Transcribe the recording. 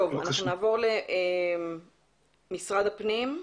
נעבור למשרד הפנים,